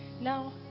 Now